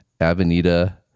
Avenida